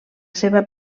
seva